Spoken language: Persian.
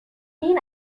این